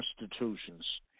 institutions